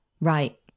right